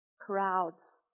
Crowds